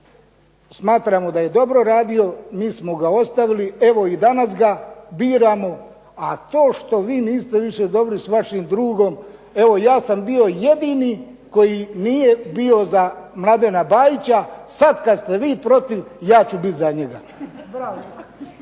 smatramo da je dobro radio, mi smo ga ostavili, evo i danas ga biramo. A to što vi niste više dobri sa vašim drugom, evo ja sam bio jedini koji nije bio za Mladena Bajića, sada kada ste vi protiv, ja ću biti za njega.